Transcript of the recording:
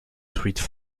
truites